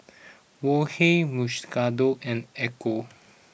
Wok Hey Mukshidonna and Ecco